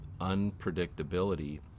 unpredictability